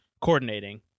coordinating